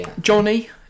Johnny